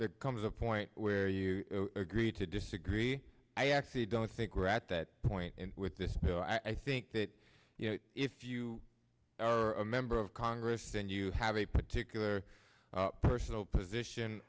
there comes a point where you agree to disagree i actually don't think we're at that point with this i think that you know if you are a member of congress and you have a particular personal